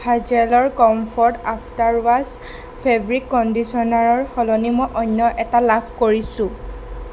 হেজেলৰ comfort after wash fabric কণ্ডিশ্যনাৰৰ সলনি মই অন্য এটা লাভ কৰিছোঁ